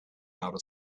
outer